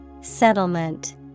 Settlement